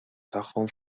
tagħhom